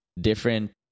different